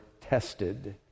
tested